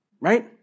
right